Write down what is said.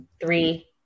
three